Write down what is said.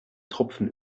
tropfen